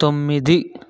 తొమ్మిది